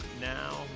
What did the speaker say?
now